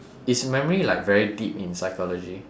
is memory like very deep in psychology